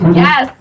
yes